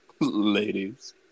Ladies